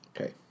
Okay